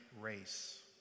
race